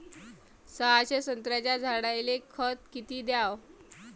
सहाशे संत्र्याच्या झाडायले खत किती घ्याव?